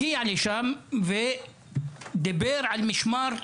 הגיע לשם ודיבר על משמר לאומי.